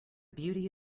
beauty